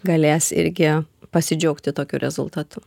galės irgi pasidžiaugti tokiu rezultatu